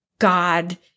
God